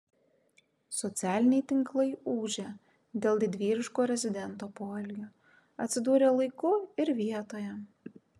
socialiniai tinklai ūžia dėl didvyriško rezidento poelgio atsidūrė laiku ir vietoje